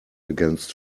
against